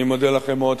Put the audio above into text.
אני מודה לכם מאוד,